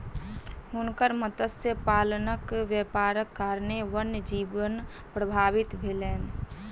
हुनकर मत्स्य पालनक व्यापारक कारणेँ वन्य जीवन प्रभावित भेलैन